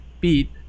beat